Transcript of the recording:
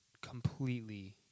completely